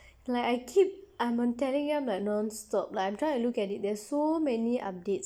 like I keep I'm on telegram like non-stop like I'm trying to look at it there's so many updates